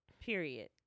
Period